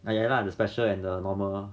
!aiya! lah the special and the normal lor